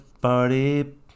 party